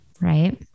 Right